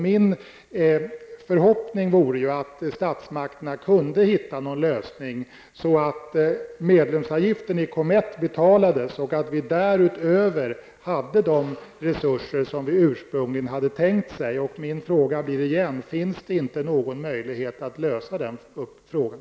Min förhoppning är att statsmakterna kan hitta en lösning så att medlemsavgiften i COMETT betalas och att vi därutöver har de resurser vi ursprungligen hade tänkt oss. Jag frågar därför igen: Finns det inte någon möjlighet att lösa den frågan?